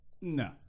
No